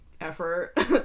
effort